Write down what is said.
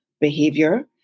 Behavior